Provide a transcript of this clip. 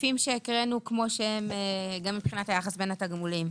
שהקראנו כמו שהם גם מבחינת היחס בין התגמולים.